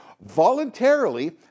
voluntarily